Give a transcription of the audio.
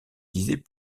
disait